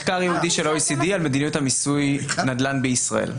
מחקר ייעודי של ה-OECD על מדיניות מיסוי הנדל"ן בישראל.